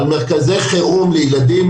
מרכזי חירום לילדים,